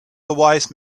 wise